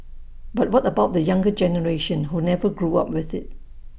but what about the younger generation who never grew up with IT